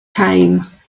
came